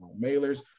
mailers